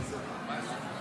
עשר דקות לרשותך.